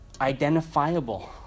identifiable